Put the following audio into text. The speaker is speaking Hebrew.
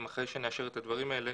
אם אחרי שנשאר את הדברים האלה,